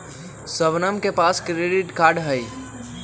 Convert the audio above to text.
शबनम के पास credit card हई